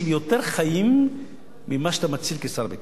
יותר חיים ממה שאתה מציל כשר הביטחון,